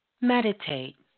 meditate